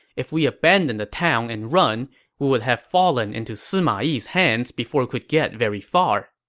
if we abandon the town and run, we would have fallen into sima yi's hands before we could get very far.